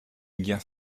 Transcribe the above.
guerre